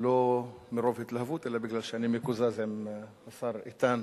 לא מרוב התלהבות, אלא כי אני מקוזז עם השר איתן.